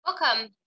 Welcome